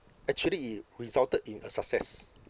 actually it resulted in a success